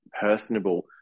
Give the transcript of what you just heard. personable